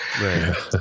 right